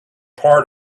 part